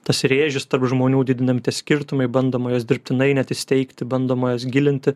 tas rėžis tarp žmonių didinami skirtumai bandoma juos dirbtinai net įsteigti bandoma jas gilinti